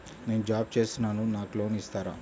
నేను జాబ్ చేస్తున్నాను నాకు లోన్ ఇస్తారా?